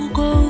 go